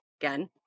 again